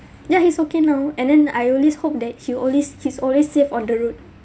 yeah he's okay now and then I always hope that he always he's always safe on the road